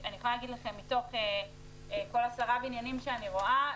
ואני יכולה להגיד לכם שמתוך כל 10 בניינים שאני רואה,